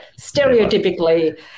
stereotypically